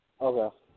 Okay